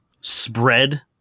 spread